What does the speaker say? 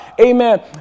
Amen